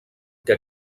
que